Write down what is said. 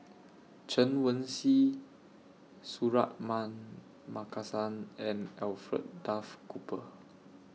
Chen Wen Hsi Suratman Markasan and Alfred Duff Cooper